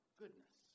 goodness